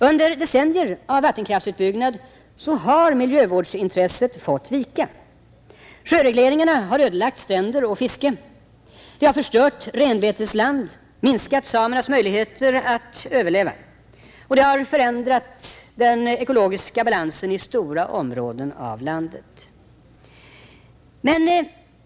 Under decennier av vattenkraftsutbyggnad har miljövårdsintresset fått vika. Sjöregleringarna har ödelagt stränder och fiske, de har förstört renbetesland, minskat samernas möjligheter att överleva, och de har förändrat den ekologiska balansen i stora områden av landet.